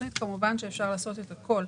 בתוכנית כמובן שאפשר לעשות את הכול.